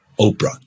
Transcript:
Oprah